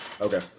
Okay